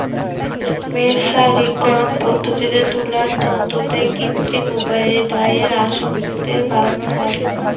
মের্সারিকরন পদ্ধতিতে তুলার তন্তুতে কৃত্রিম উপায়ে ডাইয়ের আসক্তি বাড়ানো হয়